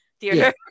theater